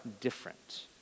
different